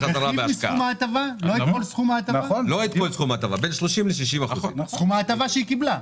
סכום המס שהיא שילמה?